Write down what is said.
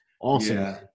Awesome